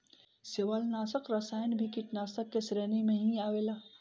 शैवालनाशक रसायन भी कीटनाशाक के श्रेणी में ही आवेला